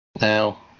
Now